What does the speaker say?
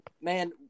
man